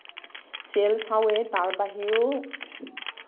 serial চাওঁয়েই তাৰ বাহিৰেও